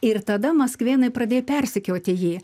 ir tada maskvėnai pradėjo persekioti jį